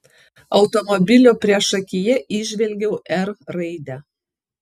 automobilio priešakyje įžvelgiau r raidę